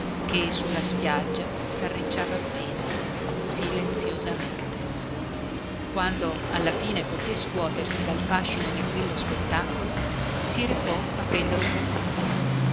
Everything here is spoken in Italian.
che sulla spiaggia sarricciava appena silenziosamente quando alla fine poté scuotersi dal fascino di quello spettacolo si recò a prendere un boccone